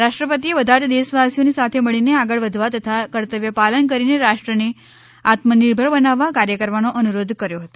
રાષ્ટ્રપતિએ બધા જ દેશવાસીઓને સાથે મળીને આગળ વધવા તથા કર્તવ્યપાલન કરીને રાષ્ટ્રને આત્મનિર્ભર બનાવવા કાર્ય કરવાનો અનુરોધ કર્યો હતો